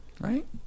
Right